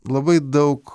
labai daug